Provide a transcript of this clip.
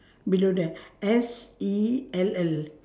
below that S E L L